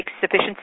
sufficient